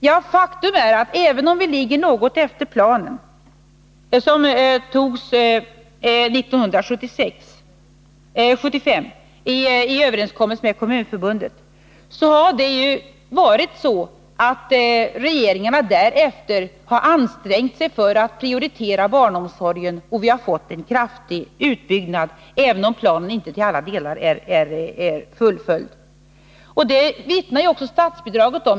Ja, faktum är att även om vi ligger något efter den plan som fastställdes 1975 i överenskommelse med Kommunförbundet, så har regeringarna därefter ansträngt sig för att prioritera barnomsorgen. Vi har också fått en kraftig utbyggnad av den, även om planen inte till alla delar är fullföljd. Om detta vittnar också ökningen av statsbidraget.